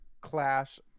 clash